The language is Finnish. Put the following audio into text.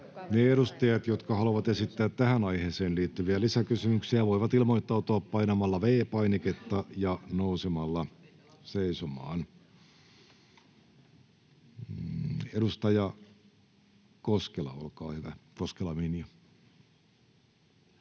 edustajat, jotka haluavat esittää tähän aiheeseen liittyviä lisäkysymyksiä, voivat ilmoittautua painamalla V-painiketta ja nousemalla seisomaan. — Edustaja Koskela, Minja, olkaa hyvä.